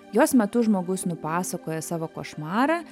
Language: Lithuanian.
jos metu žmogus nupasakoja savo košmarą